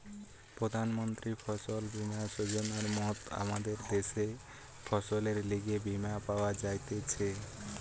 প্রধান মন্ত্রী ফসল বীমা যোজনার মত আমদের দ্যাশে ফসলের লিগে বীমা পাওয়া যাইতেছে